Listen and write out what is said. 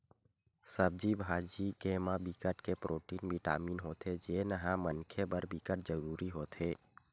सब्जी भाजी के म बिकट के प्रोटीन, बिटामिन होथे जेन ह मनखे बर बिकट जरूरी होथे